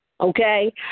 okay